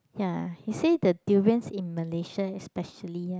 ya he say the durians in Malaysia especially ya